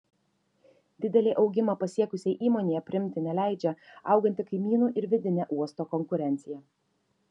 didelį augimą pasiekusiai įmonei aprimti neleidžia auganti kaimynų ir vidinė uosto konkurencija